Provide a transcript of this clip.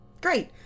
Great